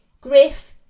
Griff